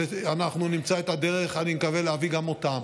ואנחנו נמצא את הדרך, אני מקווה, להביא גם אותם.